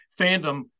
fandom